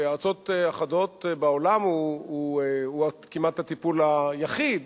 בארצות אחדות בעולם הוא כמעט הטיפול היחיד,